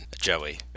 Joey